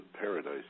Paradise